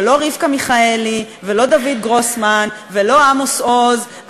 שלא רבקה מיכאלי ולא דוד גרוסמן ולא עמוס עוז,